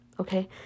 Okay